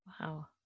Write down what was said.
Wow